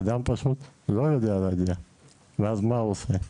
אדם פשוט לא יודע להגיע ואז מה הוא עושה?